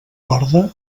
corda